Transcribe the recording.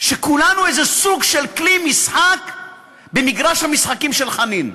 שכולנו איזה סוג של כלי משחק במגרש המשחקים של חנין.